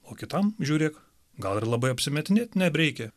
o kitam žiūrėk gal ir labai apsimetinėt nebreikia